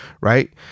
right